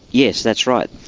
yes, that's right.